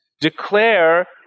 declare